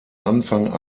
anfang